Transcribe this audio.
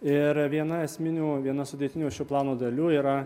ir viena esminių viena sudėtinių šio plano dalių yra